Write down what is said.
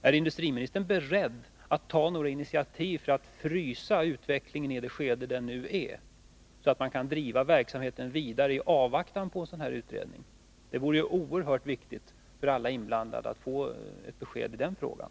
Är industriministern beredd att ta några initiativ för att frysa utvecklingen i nuvarande skede, så att man kan driva verksamheten vidare i avvaktan på en utredning av det slag som nämnts? Det är oerhört viktigt för alla inblandade att få ett besked i den frågan.